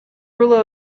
rule